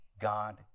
God